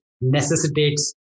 necessitates